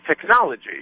technology